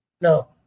No